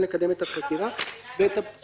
לקדם את החקירה ואת הפגיעה הצפויה בחשוד".